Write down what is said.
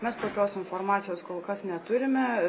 mes tokios informacijos kol kas neturime